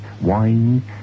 Wine